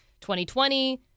2020